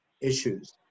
issues